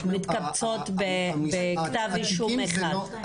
מתקבצות בכתב אישום אחד.